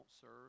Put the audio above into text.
serve